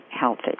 healthy